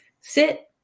sit